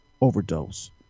Overdose